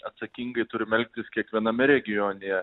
atsakingai turim elgtis kiekviename regione